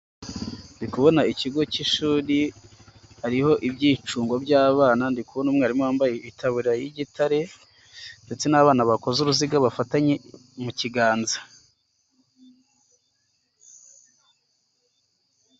Ndi kubona ikigo cy'ishuri, hariho ibyicungo by'abana ndi kubona umwarimu wambaye itaburiya y'igitare ndetse n'abana bakoze uruziga bafatanye mu kiganza.